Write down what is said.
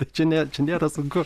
tai čia ne čia nėra sunku